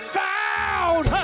found